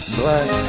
black